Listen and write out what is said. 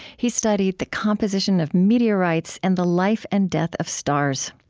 he studied the composition of meteorites and the life and death of stars.